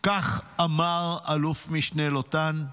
כך אמר אלוף משנה לוטן.